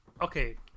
Okay